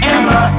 Emma